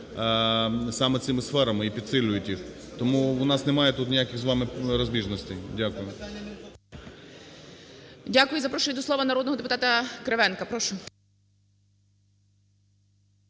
саме цими сферами і підсилюють їх. Тому у нас немає тут ніяких з вами розбіжностей. Дякую. ГОЛОВУЮЧИЙ. Дякую. Запрошую до слова народного депутата Кривенка. Прошу.